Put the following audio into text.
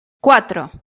cuatro